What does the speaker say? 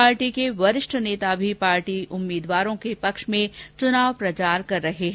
party के वरिष्ठ नेता भी पार्टी प्रत्याशियों के पक्ष में चूनाव प्रचार कर रहे हैं